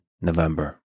November